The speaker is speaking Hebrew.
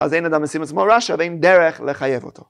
‫אז אין אדם משים עצמו רשע, ‫ואין דרך לחייב אותו.